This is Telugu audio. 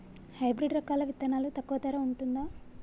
హైబ్రిడ్ రకాల విత్తనాలు తక్కువ ధర ఉంటుందా?